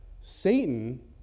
Satan